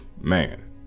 man